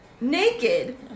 naked